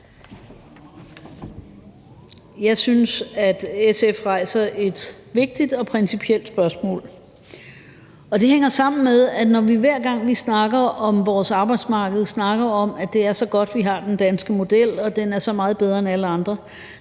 Jeg synes, at SF rejser et vigtigt og principielt spørgsmål. Det hænger sammen med, at hver gang, når vi snakker om vores arbejdsmarked og snakker om, at det er så godt, vi har den danske model, og at den er så meget bedre end alle andre,